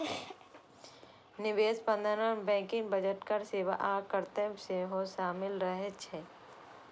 निवेश प्रबंधन मे बैंकिंग, बजट, कर सेवा आ कर्तव्य सेहो शामिल रहे छै